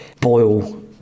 boil